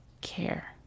care